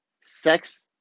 sex